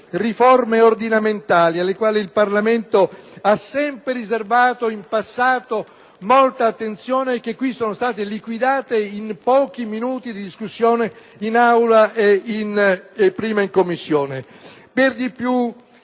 riforme ordinamentali alle quali il Parlamento ha sempre riservato in passato molta attenzione e che qui sono state liquidate in pochi minuti di discussione prima in Commissione